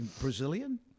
Brazilian